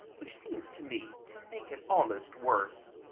which seems to me to make it almost worse.